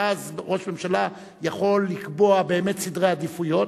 ואז ראש ממשלה יכול לקבוע באמת סדרי עדיפויות,